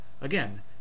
Again